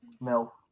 No